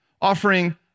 offering